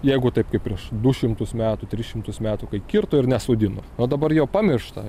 jeigu taip kaip prieš du šimtus metų tris šimtus metų kai kirto ir nesodino o dabar jau pamiršta